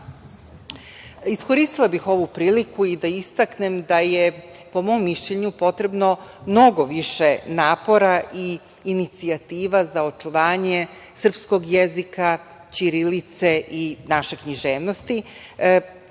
nama. Iskoristila bih ovu priliku i da istaknem da je po mom mišljenju potrebno mnogo više napora i inicijativa za očuvanje srpskog jezika, ćirilice i naše književnosti.